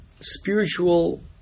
spiritual